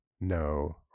no